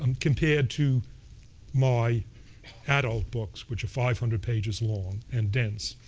um compared to my adult books, which are five hundred pages long and dense.